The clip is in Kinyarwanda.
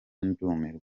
ndumirwa